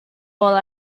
all